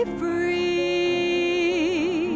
free